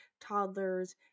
toddlers